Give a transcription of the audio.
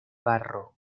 barro